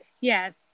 Yes